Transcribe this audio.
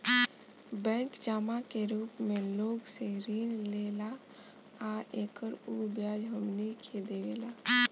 bank जमा के रूप मे लोग से ऋण लेला आ एकर उ ब्याज हमनी के देवेला